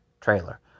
trailer